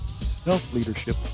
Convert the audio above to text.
self-leadership